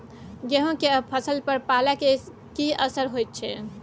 गेहूं के फसल पर पाला के की असर होयत छै?